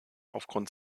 aufgrund